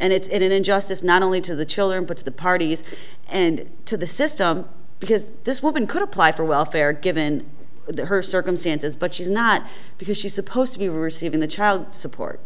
and it's an injustice not only to the children but to the parties and to the system because this woman could apply for welfare given the her circumstances but she's not because she's supposed to be receiving the child support